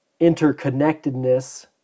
interconnectedness